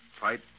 Fight